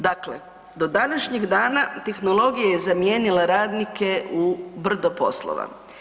Dakle, do današnjeg dana tehnologija je zamijenila radnike u brdo poslova.